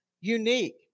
unique